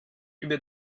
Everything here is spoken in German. über